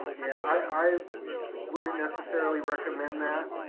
yeah, i wouldn't necessarily recommend that.